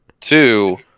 Two